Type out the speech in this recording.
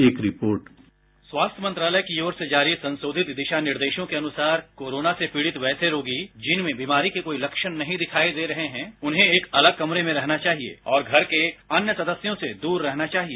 एक report bite स्वास्थ्य मंत्रालयकी ओर से जारी संशोधित दिशानिर्देशों के अनुसारकोरोना से पीड़ित वैसे रोगी जिनमें बीमारी के कोई लक्षण नहीं दिखाई देरहे है उन्हे एक अलग कमरे मे रहना चाहिये और घर के अन्य सदस्योंसे दूर रहना चाहिए